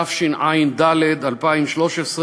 התשע"ד 2013,